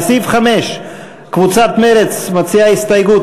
לסעיף 5 קבוצת מרצ מציעה הסתייגות.